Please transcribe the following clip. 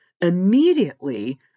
immediately